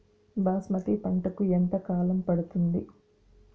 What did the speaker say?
బాస్మతి పంటకు ఎంత కాలం పడుతుంది?